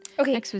Okay